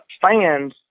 fans